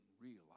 realize